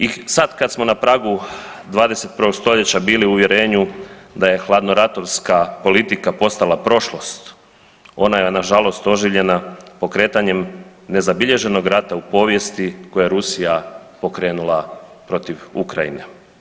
I sad kad smo na pragu 21. st. bili u uvjerenju da je hladnoratovska politika postala prošlost, ona je nažalost oživljena okretanjem nezabilježenog rata u povijesti koji je Rusija pokrenula protiv Ukrajine.